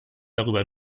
darüber